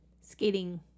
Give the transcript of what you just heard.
Skating